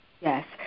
Yes